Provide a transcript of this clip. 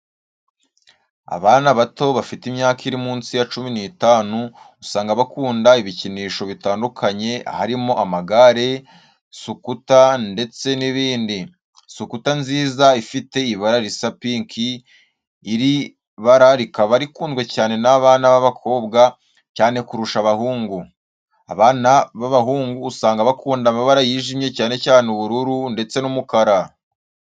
Abana bato bafite imyaka iri munsi ya cumi n'itanu usanga bakunda ibikinisho bitandukanye harimo amagare, sukuta ndetse nibindi. Sukuta nziza ifite ibara risa pinki, iri bara rikaba rikunzwe cyane n'abana ba bakobwa cyane kurusha abahungu, abana baba hungu usanga bakunda amabara yijimye cyane cyane ubururu, ndetse n'umukara.